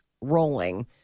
rolling